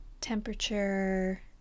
temperature